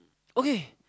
okay